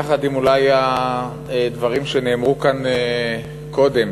יחד עם הדברים שנאמרו כאן קודם